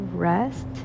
Rest